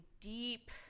deep